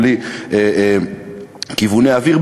בלי כיווני אוויר,